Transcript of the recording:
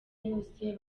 yose